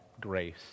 grace